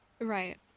Right